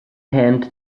hand